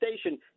station